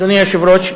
אדוני היושב-ראש,